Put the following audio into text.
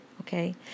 okay